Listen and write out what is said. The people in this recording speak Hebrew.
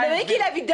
שתיים, גברתי.